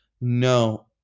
no